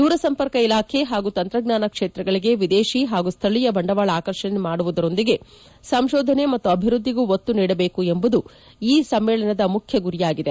ದೂರ ಸಂಪರ್ಕ ಇಲಾಖೆ ಹಾಗೂ ತಂತ್ರಜ್ಞಾನ ಕ್ಷೇತ್ರಗಳಿಗೆ ವಿದೇಶಿ ಹಾಗೂ ಸ್ವಳೀಯ ಬಂಡವಾಳ ಆಕರ್ಷಣೆ ಮಾಡುವುದರೊಂದಿಗೆ ಸಂಶೋಧನೆ ಮತ್ತು ಅಭಿವೃದ್ಧಿಗೂ ಒತ್ತು ನೀಡಬೇಕು ಎಂಬುದು ಈ ಸಮ್ಮೇಳನದ ಮುಖ್ಯ ಗುರಿಯಾಗಿದೆ